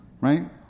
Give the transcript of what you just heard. Right